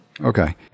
Okay